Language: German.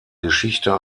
geschichte